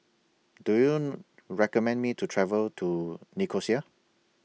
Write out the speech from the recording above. Do YOU recommend Me to travel to Nicosia